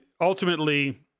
ultimately